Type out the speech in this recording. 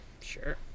Sure